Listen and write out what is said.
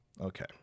okay